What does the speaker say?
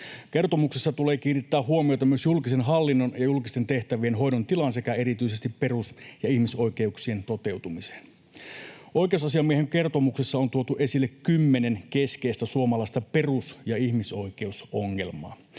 Kertomuksessa tulee kiinnittää huomiota myös julkisen hallinnon ja julkisten tehtävien hoidon tilaan sekä erityisesti perus- ja ihmisoikeuksien toteutumiseen. Oikeusasiamiehen kertomuksessa on tuotu esille 10 keskeistä suomalaista perus- ja ihmisoikeusongelmaa.